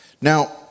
Now